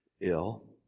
ill